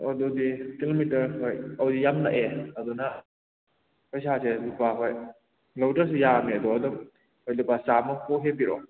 ꯑꯗꯨꯗꯤ ꯀꯤꯂꯣꯃꯤꯇꯔ ꯍꯣꯏ ꯑꯗꯨꯗꯤ ꯌꯥꯝ ꯅꯛꯑꯦ ꯑꯗꯨꯅ ꯄꯩꯁꯥꯁꯦ ꯂꯨꯄꯥ ꯍꯣꯏ ꯂꯧꯗ꯭ꯔꯁꯨ ꯌꯥꯔꯕꯅꯦ ꯀꯣ ꯑꯗꯨꯝ ꯍꯣꯏ ꯂꯨꯄꯥ ꯆꯥꯃꯥ ꯀꯣꯛ ꯍꯦꯛ ꯄꯤꯔꯛꯑꯣ